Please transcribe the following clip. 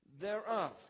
thereof